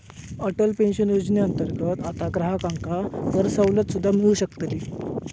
Atal pension योजनेअंतर्गत आता ग्राहकांका करसवलत सुद्दा मिळू शकतली